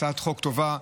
הצעת חוק טובה.